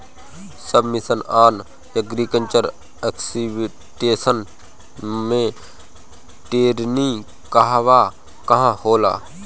सब mission on agriculture extension मै टेरेनीं कहवा कहा होला?